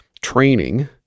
training